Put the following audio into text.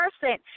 person